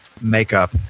makeup